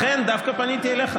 לכן דווקא פניתי אליך,